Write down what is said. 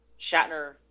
Shatner